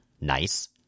Nice